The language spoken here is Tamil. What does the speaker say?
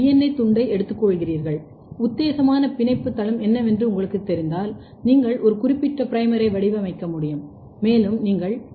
ஏ துண்டை எடுத்துக்கொள்கிறீர்கள் உத்தேசமான பிணைப்பு தளம் என்னவென்று உங்களுக்குத் தெரிந்தால் நீங்கள் ஒரு குறிப்பிட்ட ப்ரைமரை வடிவமைக்க முடியும் மேலும் நீங்கள் பி